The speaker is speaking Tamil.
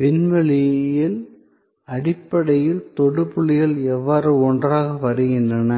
விண்வெளியில் அடிப்படையில் தொடு புள்ளிகள் எவ்வாறு ஒன்றாக வருகின்றன